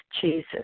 Jesus